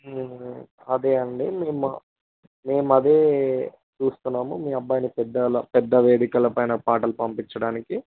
అదే అండి మేము మేము అదే చూస్తున్నాము మీ అబ్బాయిని పెద్దగా పెద్ద వేదికల పైన పాటలు పంపించడానికి